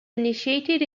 initiated